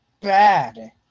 bad